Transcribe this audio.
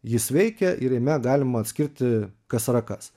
jis veikia ir jame galima atskirti kas yra kas